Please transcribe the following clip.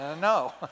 No